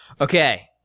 Okay